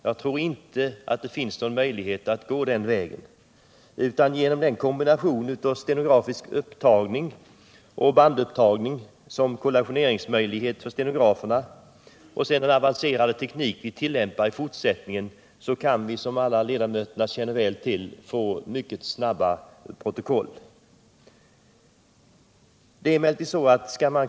Jag tror inte att det finns någon möjlighet att gå den vägen. Genom kombinationen av stenografisk upptagning och bandupptagning som kollationeringsmöjlighet för stenograferna och den avancerade teknik som tillämpas i fortsättningen kan vi, som alla ledamöter känner väl till, få protokoll mycket snabbt.